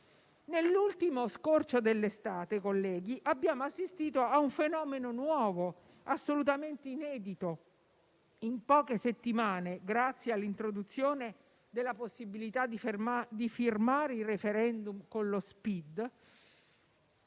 Nell'ultimo scorcio dell'estate, colleghi, abbiamo assistito a un fenomeno nuovo, assolutamente inedito: in poche settimane, grazie all'introduzione della possibilità di firmare il *referendum* con lo Spid,